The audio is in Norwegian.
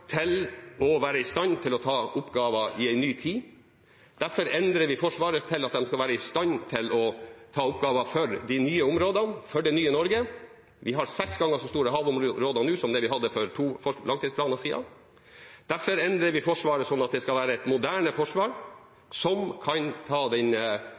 i stand til å ta oppgaver i en ny tid. Derfor endrer vi Forsvaret slik at de skal være i stand til å ta oppgaver for de nye områdene, for det nye Norge. Vi har seks ganger så store havområder nå som det vi hadde for to langtidsplaner siden. Derfor endrer vi Forsvaret slik at det skal være et moderne forsvar som kan ta den